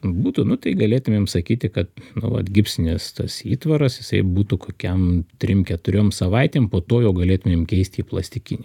būtų nu tai galėtumėm sakyti kad nuolat gipsinis tas įtvaras jisai būtų kokiam trim keturiom savaitėm po to jau galėtumėm keisti į plastikinį